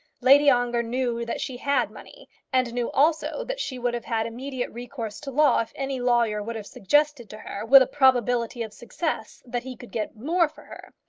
lady ongar knew that she had money and knew also that she would have had immediate recourse to law, if any lawyer would have suggested to her with a probability of success that he could get more for her.